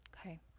Okay